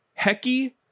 hecky